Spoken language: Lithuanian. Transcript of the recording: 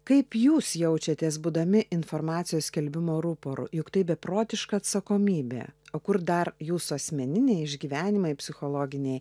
kaip jūs jaučiatės būdami informacijos skelbimo ruporu juk tai beprotiška atsakomybė o kur dar jūsų asmeniniai išgyvenimai psichologiniai